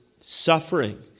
suffering